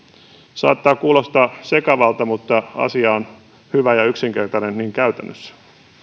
saattaa kuulostaa sekavalta mutta asia on hyvä ja yksinkertainen käytännössä